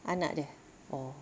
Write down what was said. anak dia oh